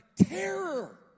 Terror